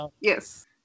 Yes